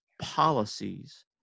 policies